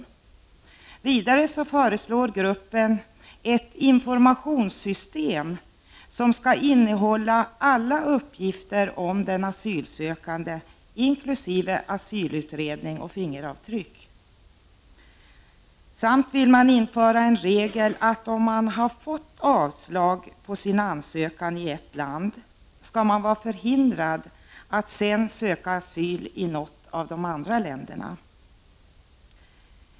Den grupp som arbetar med dessa frågor föreslår vidare ett informationssystem, som skall innehålla alla uppgifter om den asylsökande inkl. asylutredning och fingeravtryck. Man vill också införa en regel om att den som fått avslag på sin ansökan i ett land skall vara förhindrad att därefter söka asyl i något annat land.